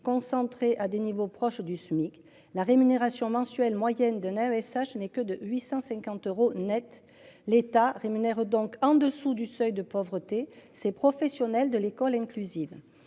concentré à des niveaux proches du SMIC. La rémunération mensuelle moyenne de et ça, je n'ai que de 850 euros Net l'état rémunère donc en dessous du seuil de pauvreté. Ces professionnels de l'école inclusive.